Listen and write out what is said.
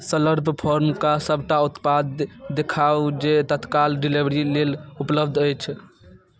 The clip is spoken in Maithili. स्लर्प फार्मके सभटा उत्पाद दे देखाउ जे तत्काल डिलीवरी लेल उपलब्ध अछि